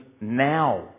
now